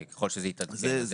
ככל שזה יתעדכן,